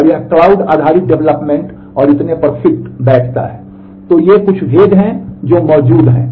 तो ये कुछ भेद हैं जो मौजूद हैं